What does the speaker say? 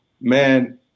Man